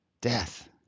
Death